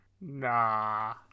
nah